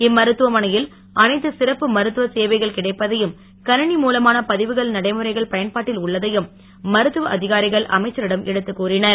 இம்மருத்துவமனையில் அனைத்து சிறப்பு மருத்துவ சேவைகள் கிடைப்பதையும் கணிணி மூலமான பதிவு நடைமுறைகள் பயன்பாட்டில் உள்ளதையும் மருத்துவ அதிகாரிகள் அமைச்சரிடம் எடுத்து கூறினர்